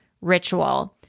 ritual